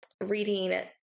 reading